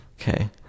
okay